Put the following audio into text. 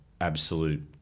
absolute